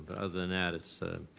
other than that it's